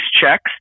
checks